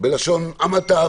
- בלשון המעטה,